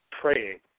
praying